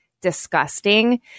disgusting